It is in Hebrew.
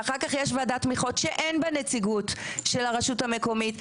ואחר כך יש ועדת תמיכות שאין בה נציגות של הרשות המקומית.